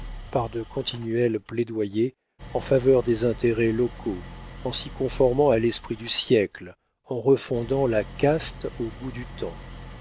par de continuels plaidoyers en faveur des intérêts locaux en s'y conformant à l'esprit du siècle en refondant la caste au goût du temps